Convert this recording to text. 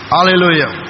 Hallelujah